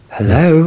Hello